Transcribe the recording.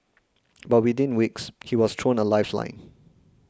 but within weeks he was thrown a lifeline